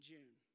June